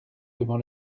devant